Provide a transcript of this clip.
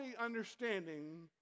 understanding